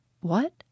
What